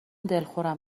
دلخورم